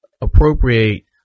appropriate